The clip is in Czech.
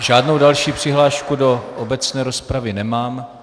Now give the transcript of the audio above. Žádnou další přihlášku do obecné rozpravy nemám.